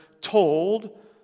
told